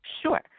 Sure